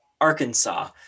Arkansas